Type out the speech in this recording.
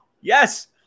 yes